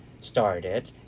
started